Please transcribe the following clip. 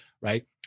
right